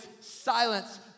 silence